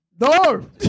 No